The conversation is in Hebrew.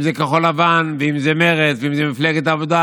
אם זה כחול לבן ואם זה מרצ ואם זה מפלגת העבודה